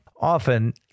often